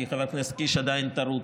כי חבר הכנסת קיש עדיין טרוד,